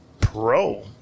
pro